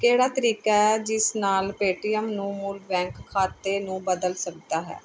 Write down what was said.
ਕਿਹੜਾ ਤਰੀਕਾ ਹੈ ਜਿਸ ਨਾਲ ਪੇਟੀਐੱਮ ਨੂੰ ਮੂਲ ਬੈਂਕ ਖਾਤੇ ਨੂੰ ਬਦਲ ਸਕਦਾ ਹੈ